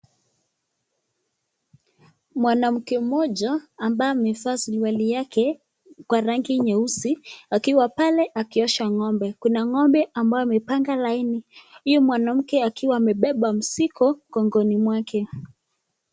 Mwanamke mmoja ambaye amevaa suruali yake kwa rangi nyeusi akiwa pale akiosha ngombe. Kuna ngombe ambaye amepanga laini huyo mwanamke akiwa amebeba mzigo mgongoni mwake.